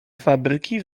fabryki